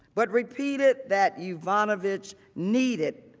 but repeated, that yovanovitch needed,